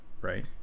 right